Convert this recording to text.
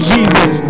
Jesus